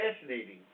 fascinating